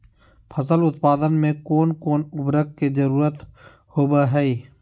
फसल उत्पादन में कोन कोन उर्वरक के जरुरत होवय हैय?